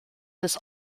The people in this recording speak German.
des